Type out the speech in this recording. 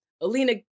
Alina